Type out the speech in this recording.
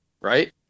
right